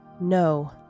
No